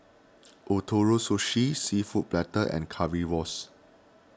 Ootoro Sushi Seafood Paella and Currywurst